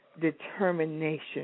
Determination